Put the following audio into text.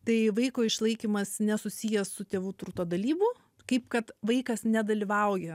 tai vaiko išlaikymas nesusijęs su tėvų turto dalybų kaip kad vaikas nedalyvauja